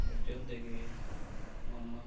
बड्डे होंदे गे मम्मा